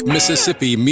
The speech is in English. Mississippi